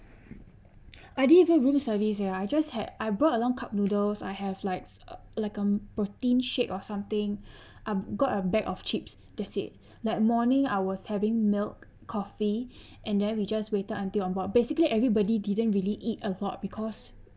I didn't even room service ya I just had I brought along cup noodles I have likes like a protein shake or something I've got a bag of chips that's it like morning I was having milk coffee and then we just waited until on board basically everybody didn't really eat a lot because